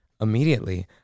immediately